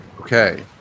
Okay